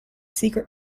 secret